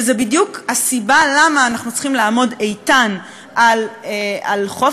וזו בדיוק הסיבה למה אנחנו צריכים לעמוד איתן על חופש